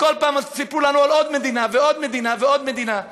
וכל פעם סיפרו לנו על עוד מדינה ועוד מדינה ועוד מדינה.